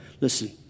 Listen